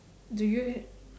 do you